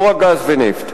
לא רק גז ונפט,